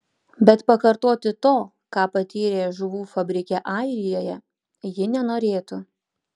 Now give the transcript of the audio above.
bet pakartoti to ką patyrė žuvų fabrike airijoje ji nenorėtų